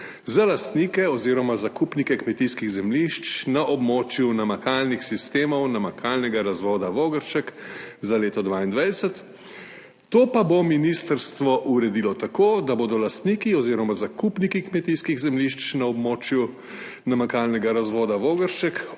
za lastnike oziroma zakupnike kmetijskih zemljišč na območju namakalnih sistemov namakalnega razvoda Vogršček za leto 2022. To pa bo ministrstvo uredilo tako, da bodo lastniki oziroma zakupniki kmetijskih zemljišč na območju namakalnega razvoda Vogršček